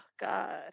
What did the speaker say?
god